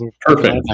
Perfect